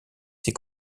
ses